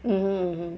mmhmm